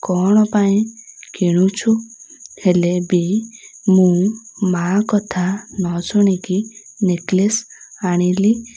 କ'ଣ ପାଇଁ କିଣୁଛୁ ହେଲେ ବି ମୁଁ ମା' କଥା ନ ଶୁଣିକି ନେକଲେସ୍ ଆଣିଲି